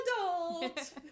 adult